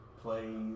plays